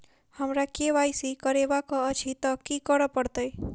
हमरा केँ वाई सी करेवाक अछि तऽ की करऽ पड़तै?